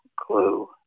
clue